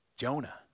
Jonah